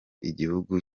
igihugu